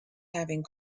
having